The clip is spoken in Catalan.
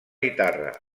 guitarra